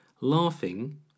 laughing